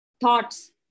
thoughts